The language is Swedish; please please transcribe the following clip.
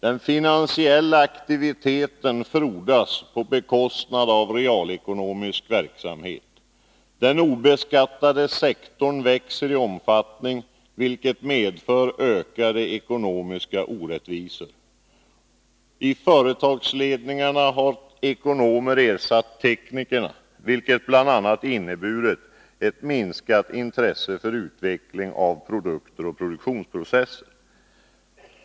Den finansiella aktiviteten frodas på bekostnad av realekonomisk verksamhet. Den obeskattade sektorn växer i omfattning, vilket medför ökade ekonomiska orättvisor. I företagsledningarna har ekonomer ersatt teknikerna, vilket bl.a. inneburit ett minskat intresse för utveckling av produkter och produktionsprocesser.